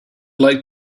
like